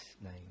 name